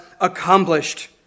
accomplished